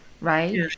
right